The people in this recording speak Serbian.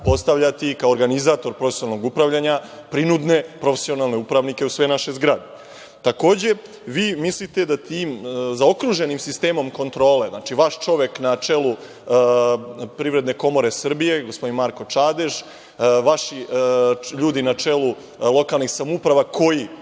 postavljati, kao organizator profesionalnog upravljanja, prinudne profesionalne upravnike u sve naše zgrade. Takođe, vi mislite da tim zaokruženim sistemom kontrole, znači, vaš čovek na čelu Privredne komore Srbije, gospodin Marko Čadež, vaši ljudi na čelu lokalnih samouprava koji